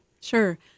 Sure